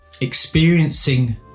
experiencing